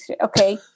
okay